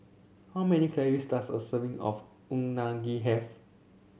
how many calories does a serving of Unagi have